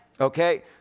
Okay